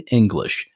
english